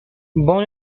born